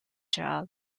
job